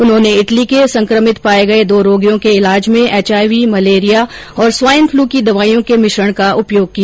उन्होंने इटली के संक्रमित पाये गये दो रोगियों के ईलाज में एचआईवी मलेरिया और स्वाइन फ्लू की दवाइयों के मिश्रण का उपयोग किया